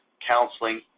counseling?